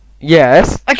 Yes